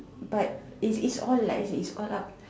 but its it's all like I said it's all up